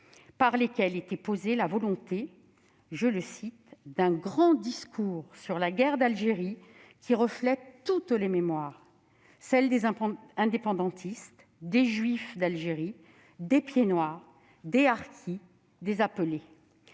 République. Il a exprimé sa volonté d'entendre « un grand discours sur la guerre d'Algérie, qui reflète toutes les mémoires : celle des indépendantistes, des juifs d'Algérie, des pieds-noirs, des harkis, des appelés.